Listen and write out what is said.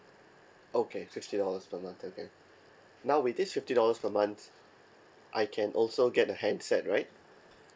okay fifty dollars per month okay now with this fifty dollars per month I can also get a handset right